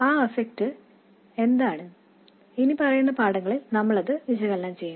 ആ ഫലം എന്താണെന്ന് ഇനിപ്പറയുന്ന പാഠങ്ങളിൽ നമ്മളത് വിശകലനം ചെയ്യും